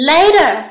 Later